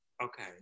Okay